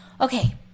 Okay